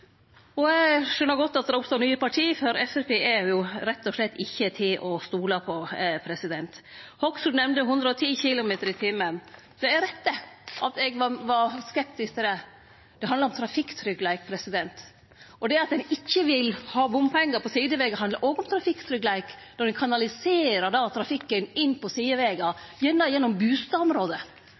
fram. Eg skjøner godt at det oppstår nye parti, for Framstegspartiet er jo rett og slett ikkje til å stole på. Representanten Hoksrud nemnde 110 km/t. Det er rett at eg var skeptisk til det. Det handlar om trafikktryggleik. At ein ikkje vil ha bompengar på sidevegar, handlar òg om trafikktryggleik – når ein kanaliserer den trafikken inn på sidevegar, gjerne gjennom